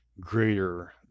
greater